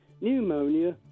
pneumonia